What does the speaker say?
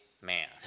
Man